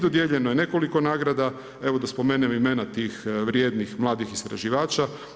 Dodijeljeno je nekoliko nagrada, evo da spomenemo imena tih vrijednih mladih istraživača.